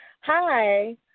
Hi